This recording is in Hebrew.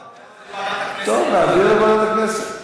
טוב, נעביר לוועדת הכנסת.